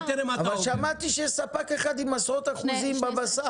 אבל שמעתי שיש ספק אחד עם עשרות אחוזים בבשר.